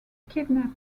kidnapped